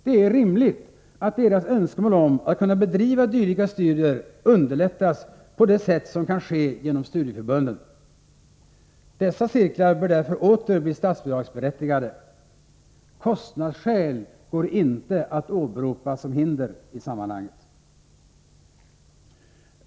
Det är rimligt att deras önskemål om att kunna bedriva dylika studier underlättas på det sätt som kan ske genom studieförbunden. Dessa cirklar bör därför åter bli statsbidragsberättigade. Kostnadsskäl går inte att åberopa som hinder i sammanhanget.